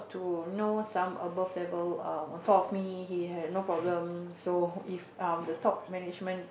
to know some above level um on top of me he had no problem so if um the top management